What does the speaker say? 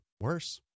worse